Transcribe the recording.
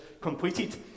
completed